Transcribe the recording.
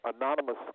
anonymous